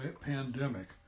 pandemic